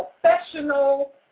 professional